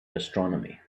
astronomy